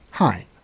Hi